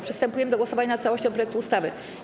Przystępujemy do głosowania nad całością projektu ustawy.